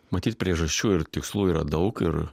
matyt priežasčių ir tikslų yra daug ir